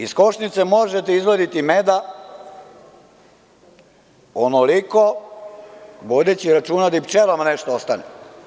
Iz košnice možete izvaditi meda onoliko, vodeći računa da i pčelama nešto ostane.